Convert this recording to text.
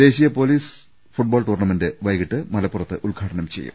ദേശീയ police football tournament വൈകിട്ട് മല പ്പുറത്ത് ഉദ്ഘാടനം ചെയ്യും